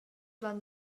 van